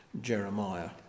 Jeremiah